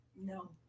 No